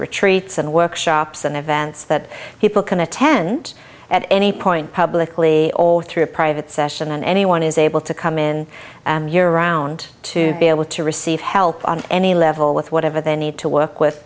retreats and workshops and events that people can attend at any point publicly or through a private session and anyone is able to come in around to be able to receive help on any level with whatever they need to work with